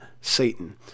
Satan